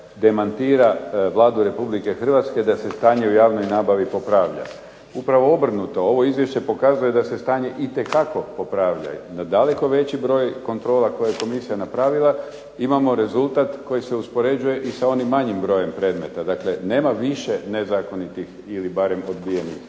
demantira Vladu RH da se stanje u javnoj nabavi popravlja. Upravo obrnuto, ovo izvješće pokazuje da se stanje itekako popravlja, na daleko veći broj kontrola koje je komisija napravila imamo rezultat koji se uspoređuje i sa onim manjim brojem predmeta. Dakle, nema više nezakonitih ili barem odbijenih